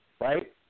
right